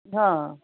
हा